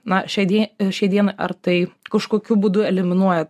na šiai die šiai dienai ar tai kažkokiu būdu eliminuoja